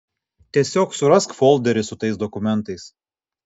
tiesiog surask folderį su tais dokumentais